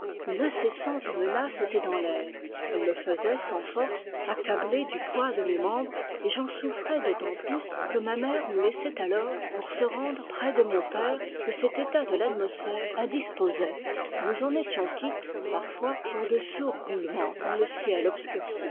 une incessante menace était dans l'air elle me faisait sans force accablé du poids de mes membres et j'en souffrais d'autant plus que ma mère nous laissait alors pour se rendre près de mon père que cet état de l'atmosphère indisposait nous en étions quittes parfois pour de sourds roulements dans le ciel obscurci